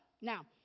Now